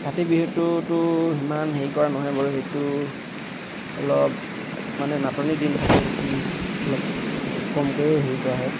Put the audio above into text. কাতি বিহুটোতো সিমান হেৰি কৰা নহয় বাৰু সেইটো অলপ মানে নাটনিৰ দিন থাকে দেখি অলপ কমকৈও হেৰি কৰা হয়